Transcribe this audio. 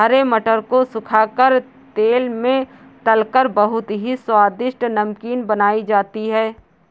हरे मटर को सुखा कर तेल में तलकर बहुत ही स्वादिष्ट नमकीन बनाई जाती है